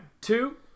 Two